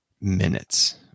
minutes